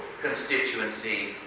constituency